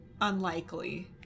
unlikely